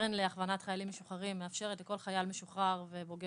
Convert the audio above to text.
הקרן להכוונת חיילים משוחררים מאפשרת לכל חייל משוחרר ובוגר